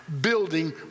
building